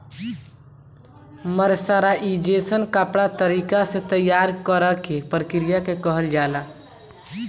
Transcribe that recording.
mercerisation कपड़ा तरीका से तैयार करेके प्रक्रिया के कहल जाला